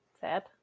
sad